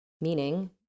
Meaning